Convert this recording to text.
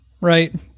right